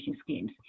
schemes